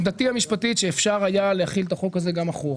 עמדתי המשפטית שאפשר היה להחיל את החוק הזה גם אחורה,